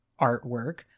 artwork